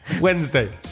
Wednesday